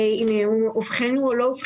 אם הן אובחנו או לא,